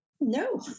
No